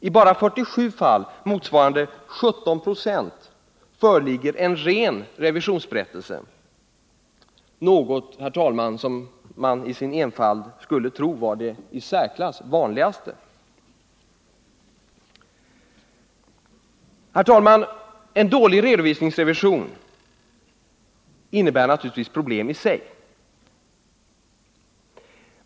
I bara 47 fall, motsvarande 17 96, föreligger en ren revisionsberättelse, något som man i sin enfald skulle tro var det i särklass vanligaste. Herr talman! En dålig redovisningsrevision innebär naturligtvis problem i sig.